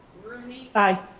rooney. i.